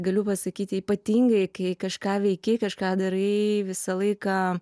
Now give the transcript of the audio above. galiu pasakyti ypatingai kai kažką veiki kažką darai visą laiką